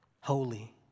Holy